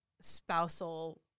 spousal